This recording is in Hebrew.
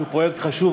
שהוא פרויקט חשוב,